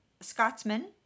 scotsman